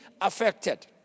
affected